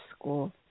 school